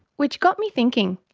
which got me thinking,